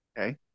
Okay